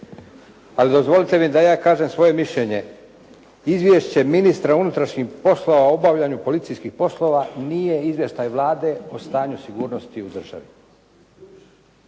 Ali dozvolite mi da ja kažem svoje mišljenje. Izvješće ministra unutrašnjih poslova o obavljanju policijskih poslova nije izvještaj Vlade o stanju sigurnosti u državi.